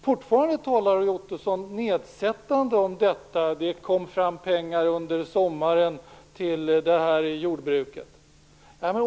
Fortfarande talar Roy Ottosson nedsättande om detta. Han sade att det under sommaren kom fram pengar till kalkningen i jordbruket.